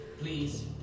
Please